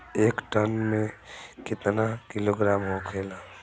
एक टन मे केतना किलोग्राम होखेला?